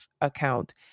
account